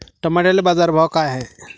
टमाट्याले बाजारभाव काय हाय?